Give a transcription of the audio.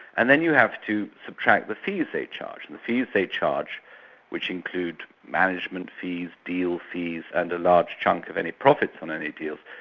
and then you have to subtract the fees they charge. and the fees they charge which include management fees, deal fees, and a large chunk of any profits on any deal.